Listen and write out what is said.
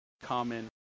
common